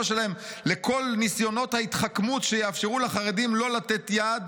שלהם לכל ניסיונות ההתחכמות שיאפשרו לחרדים לא לתת יד,